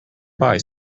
buy